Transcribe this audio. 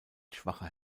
schwacher